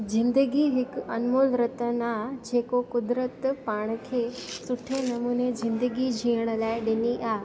ज़िंदगी हिक अनमोल रतन आहे जेको क़ुदिरत पाण खे सुठे नमूने ज़िंदगी जीअण लाइ ॾिनी आहे